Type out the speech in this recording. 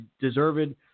deserved